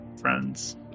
friends